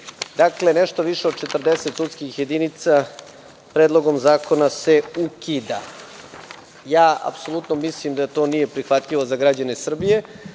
Koceljevi. Nešto više od 40 sudskih jedinica Predlogom zakonom se ukida. Apsolutno mislim da to nije prihvatljivo za građane Srbije.